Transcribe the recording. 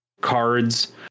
cards